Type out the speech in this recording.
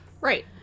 Right